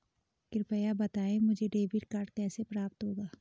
कृपया बताएँ मुझे डेबिट कार्ड कैसे प्राप्त होगा?